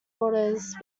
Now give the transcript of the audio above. orders